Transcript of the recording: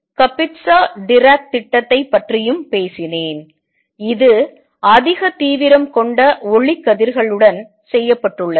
Kapitza track திட்டத்தைப் பற்றியும் பேசினேன் இது அதிக தீவிரம் கொண்ட ஒளிக்கதிர்களுடன் செய்யப்பட்டுள்ளது